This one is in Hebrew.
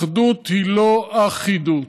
אחדות היא לא אחידות,